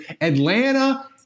Atlanta